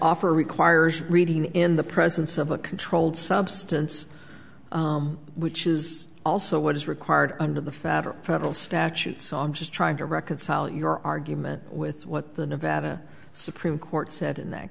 offer requires reading in the presence of a controlled substance which is also what is required under the federal federal statute song just trying to reconcile your argument with what the nevada supreme court said in that